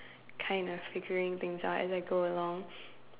kind of figuring things out as I go along